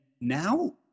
now